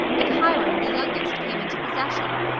and hiram, the youngest, came into possession,